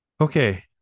okay